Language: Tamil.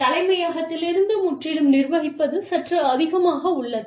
தலைமையகத்திலிருந்து முற்றிலும் நிர்வகிப்பது சற்று அதிகமாக உள்ளது